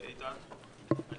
אני